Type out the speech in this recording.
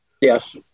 Yes